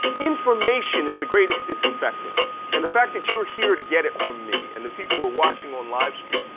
information is the greatest disinfectant and the fact that you are here to get it from me and the people who are watching on livestream,